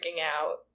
out